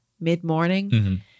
mid-morning